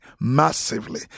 massively